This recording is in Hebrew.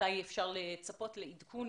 ומתי אפשר לצפות לעדכון